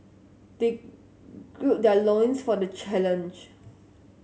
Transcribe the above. they gird their loins for the challenge